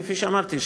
כפי שאמרתי,